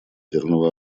ядерного